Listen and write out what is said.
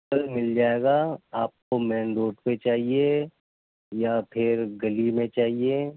سر مل جائے گا آپ کو مین روڈ پہ چاہیے یا پھر گلی میں چاہیے